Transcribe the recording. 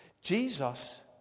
Jesus